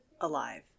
alive